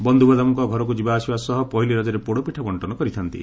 ବନ୍ଧୁବାନ୍ଧବଙ୍କ ଘରକୁ ଯିବାଆସିବା ସହ ପହିଲି ରଜରେ ପୋଡ଼ପିଠା ବଣ୍କନ କରିଥାନ୍ତି